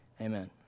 Amen